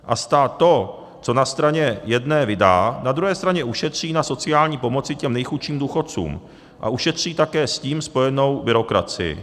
A stát to, co na straně jedné vydá, na druhé straně ušetří na sociální pomoci těm nejchudším důchodcům a ušetří také s tím spojenou byrokracii.